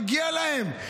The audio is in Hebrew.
מגיע להן.